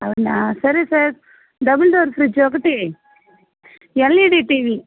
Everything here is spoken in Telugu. అవునా సరే సార్ డబల్ డోర్ ఫ్రిడ్జ్ ఒకటి ఎల్ఈడి టీవి